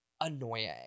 annoying